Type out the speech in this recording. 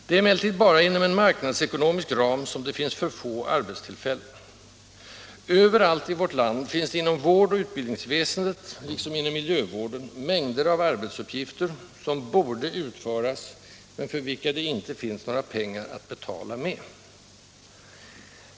Det är emellertid bara inom en marknadsekonomisk ram som det finns för få arbetstillfällen. Överallt i vårt land finns det inom vård och utbildningsväsendet, liksom inom miljövården, mängder av arbetsuppgifter, som borde utföras, men för vilka det inte finns några pengar att betala med.